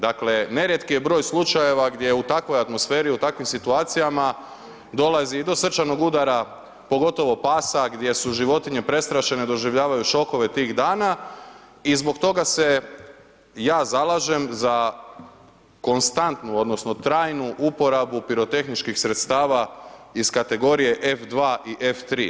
Dakle nerijetki je broj slučajeva gdje u takvoj atmosferi, u takvim situacijama dolazi i do srčanog udara, pogotovo pasa, gdje su životinje prestrašene, doživljavaju šokove tih dana i zbog toga se ja zalažem za konstantnu odnosno trajnu uporabu pirotehničkih sredstava ih kategorije F2 i F3.